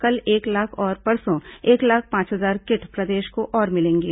कल एक लाख और परसों एक लाख पांच हजार किट प्रदेश को और मिलेंगे